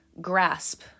grasp